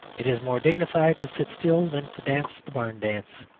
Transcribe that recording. it is more dignified to sit still than to dance the barn dance.